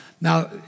Now